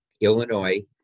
illinois